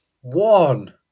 One